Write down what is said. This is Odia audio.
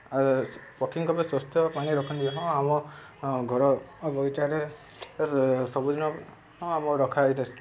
ଆଉ ପକ୍ଷୀଙ୍କ ପାଇଁ ସ୍ଵାସ୍ଥ୍ୟ ପାଣି ରଖନ୍ତି ହଁ ଆମ ଘର ବଗିଚାରେ ସବୁଦିନ ହଁ ଆମ ରଖାଯାଇଥାଏ